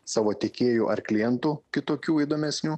savo tiekėjų ar klientų kitokių įdomesnių